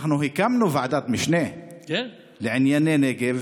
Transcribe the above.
אנחנו הקמנו ועדת משנה לענייני נגב,